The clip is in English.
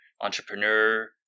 entrepreneur